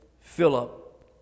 Philip